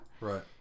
Right